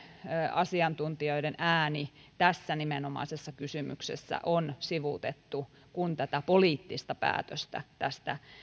asiantuntijoiden ääni tässä nimenomaisessa kysymyksessä on sivuutettu kun tätä poliittista päätöstä tästä